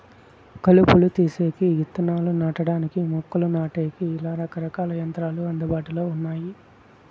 కలుపును తీసేకి, ఇత్తనాలు నాటడానికి, మొక్కలు నాటేకి, ఇలా రకరకాల యంత్రాలు అందుబాటులో ఉన్నాయి